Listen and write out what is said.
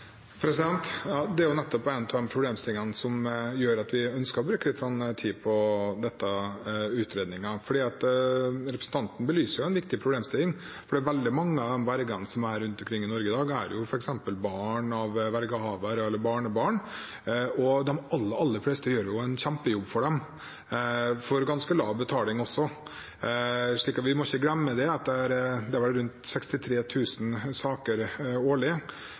Det er nettopp en av problemstillingene som gjør at vi ønsker å bruke lite grann tid på denne utredningen. Representanten belyser en viktig problemstilling, for veldig mange av vergene rundt omkring i Norge i dag er f.eks. barn eller barnebarn av vergehaver, og de aller, aller fleste gjør en kjempejobb for dem – og for ganske lav betaling. Vi må ikke glemme at det er rundt 63 000 saker årlig, og de aller fleste av dem går bra, men vi må finne et instrument som gjør at vi kan håndtere det